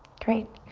great.